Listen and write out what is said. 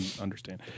understand